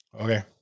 Okay